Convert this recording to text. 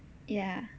ya